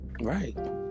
Right